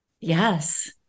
Yes